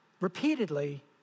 repeatedly